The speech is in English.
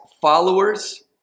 followers